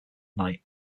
night